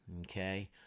Okay